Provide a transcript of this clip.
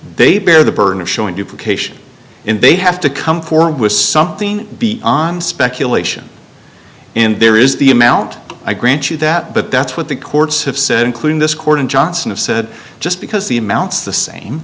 they bear the burden of showing duplication and they have to come for was something be on speculation in there is the amount i grant you that but that's what the courts have said including this court in johnson of said just because the amounts the same